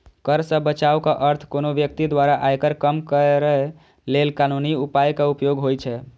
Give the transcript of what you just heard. कर सं बचावक अर्थ कोनो व्यक्ति द्वारा आयकर कम करै लेल कानूनी उपायक उपयोग होइ छै